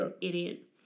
idiot